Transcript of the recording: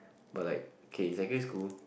but like K in secondary school